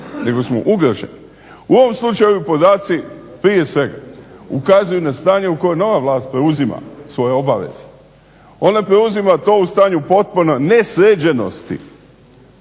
nego smo ugroženi. U ovom slučaju podaci prije svega ukazuju na stanje u kojoj je nova vlast preuzima svoje obaveze. Ona preuzima to u stanju potpune nesređenosti